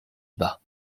bas